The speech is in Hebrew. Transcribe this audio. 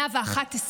111,